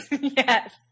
yes